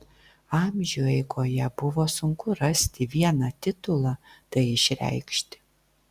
amžių eigoje buvo sunku rasti vieną titulą tai išreikšti